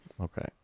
Okay